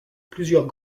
plusieurs